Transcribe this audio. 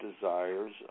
desires